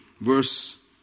verse